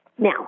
Now